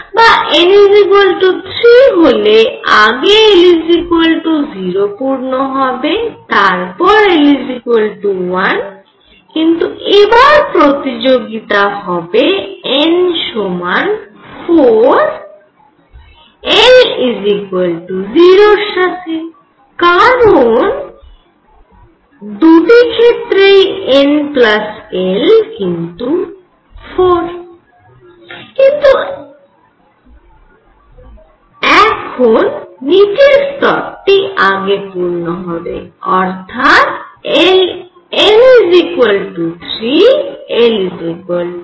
বা n 3 হলে আগে l 0 পূর্ণ হবে তারপর l 1 কিন্তু এবার প্রতিযোগিতা হবে n সমান 4 l 0 এর সাথে কারণ দুটি ক্ষেত্রেই n l 4 কিন্তু এখানে নিচের স্তরটি আগে পূর্ণ হবে অর্থাৎ n 3 l 1